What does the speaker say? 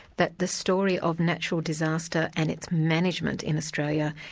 that the story of natural disaster and its management in australia,